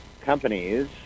companies